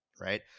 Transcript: right